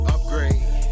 Upgrade